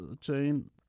chain